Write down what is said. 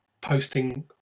posting